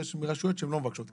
ויש רשויות שהן לא מבקשות כסף.